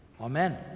Amen